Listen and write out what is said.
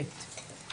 בוקר טוב לכולם.